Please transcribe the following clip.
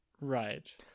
Right